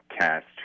cast